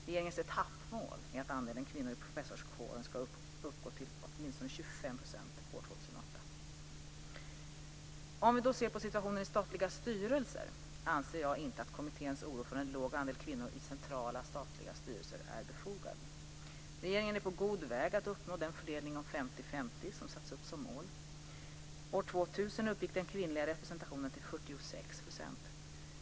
Regeringens etappmål är att andelen kvinnor i professorskåren ska uppgå till åtminstone Om vi ser på situationen i statliga styrelser anser jag inte att kommitténs oro för en låg andel kvinnor i centrala statliga styrelser är befogad. Regeringen är på god väg att uppnå den fördelning om "50/50" som satts upp som mål. År 2000 uppgick den kvinnliga representationen till 46 %.